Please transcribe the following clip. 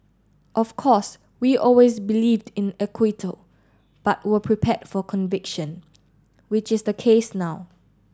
of course we always believed in acquittal but were prepared for conviction which is the case now